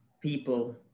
people